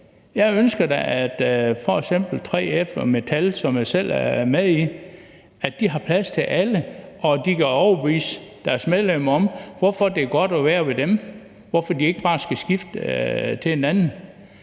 Jeg ønsker da, at f.eks. 3F og Dansk Metal, som jeg selv er medlem af, har plads til alle, og at de kan overbevise deres medlemmer om, hvorfor det er godt at være ved dem, og hvorfor de ikke bare skal skifte til en anden